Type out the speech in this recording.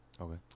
Okay